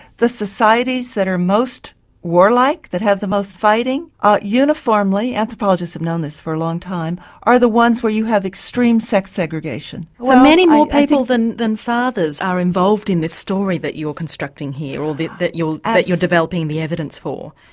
the societies that are most warlike, that have the most fighting are uniformly anthropologists have known this for a long time are the ones where you have extreme sex segregation. so many more people than than fathers are involved in this story that you're constructing here, or that you're you're developing the evidence for.